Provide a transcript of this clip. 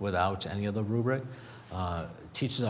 without any of the rubric teachers